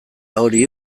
hori